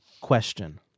question